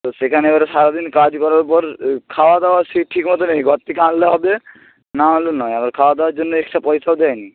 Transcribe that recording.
তো সেখানে এবারে সারা দিন কাজ করার পর খাওয়া দাওয়া সে ঠিক মতো নেই ঘর থেকে আনলে হবে নাহলে নয় আর খাওয়া দাওয়ার জন্য এক্সট্রা পয়সাও দেয়না